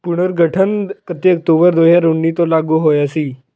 ਪੁਨਰਗਠਨ ਇਕੱਤੀ ਅਕਤੂਬਰ ਦੋ ਹਜ਼ਾਰ ਉੱਨੀ ਤੋਂ ਲਾਗੂ ਹੋਇਆ ਸੀ